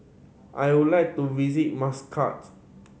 I would like to visit Muscat